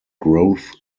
growth